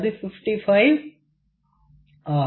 அது 55 ஆகும்